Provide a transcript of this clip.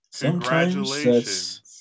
Congratulations